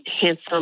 handsome